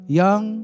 young